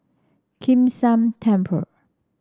Kim San Temple